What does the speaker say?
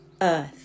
earth